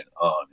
on